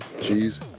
Cheese